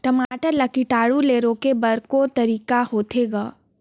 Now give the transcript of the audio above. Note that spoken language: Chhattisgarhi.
टमाटर ला कीटाणु ले रोके बर को तरीका होथे ग?